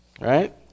right